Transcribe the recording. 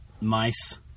mice